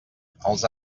els